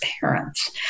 parents